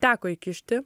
teko įkišti